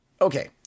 Okay